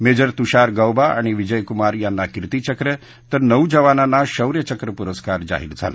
major Tushar Gauba आणि विजय कुमार यांना कीर्ती चक्र तर नऊ जवानांना शौर्य चक्र पुरस्कार जाहीर झाले